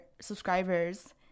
subscribers